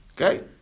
Okay